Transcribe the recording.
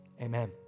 amen